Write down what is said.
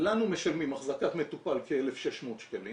לנו משלמים אחזקת מטופל כ-1,600 שקלים